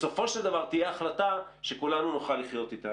בסופו של דבר תהיה החלטה שכולנו נוכל לחיות אתה.